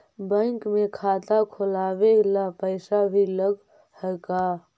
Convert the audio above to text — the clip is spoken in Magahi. बैंक में खाता खोलाबे ल पैसा भी लग है का?